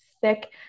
thick